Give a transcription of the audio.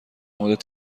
مورد